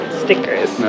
stickers